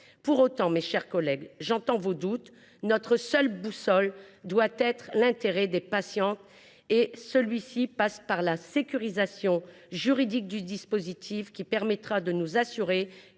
Pour autant, mes chers collègues, j’entends vos doutes. Notre seule boussole doit être l’intérêt des patientes, lequel passe par la sécurisation juridique du dispositif afin de nous assurer